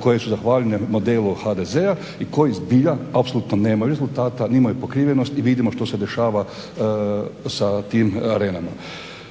koje su zahvaljene modelu HDZ-a i koji zbilja apsolutno nema rezultata, nemaju pokrivenost i vidimo što se dešava sa tim arenama.